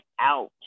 out